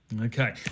Okay